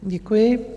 Děkuji.